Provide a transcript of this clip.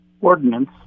ordinance